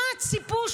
מה ציפו,